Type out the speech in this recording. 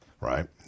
right